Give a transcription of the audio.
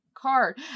card